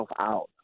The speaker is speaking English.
out